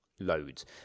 loads